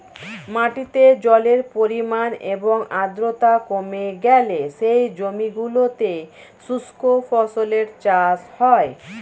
মাটিতে জলের পরিমাণ এবং আর্দ্রতা কমে গেলে সেই জমিগুলোতে শুষ্ক ফসলের চাষ হয়